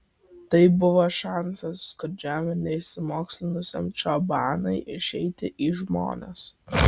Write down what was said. tai buvo šansas skurdžiam ir neišsimokslinusiam čabanui išeiti į žmones